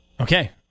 Okay